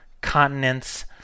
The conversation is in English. continents